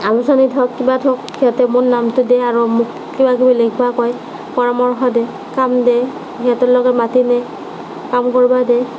আলোচনীত হওঁক কিবাত হওঁক সিহঁতে মোৰ নামতো দিয়ে আৰু মোক কিবাকিবি লিখিব কয় পৰামৰ্শ দিয়ে কাম দিয়ে সিহঁতৰ লগত মাতি নিয়ে কাম কৰিব দিয়ে